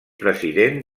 president